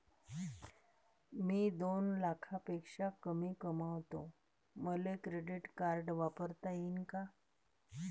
मी दोन लाखापेक्षा कमी कमावतो, मले क्रेडिट कार्ड वापरता येईन का?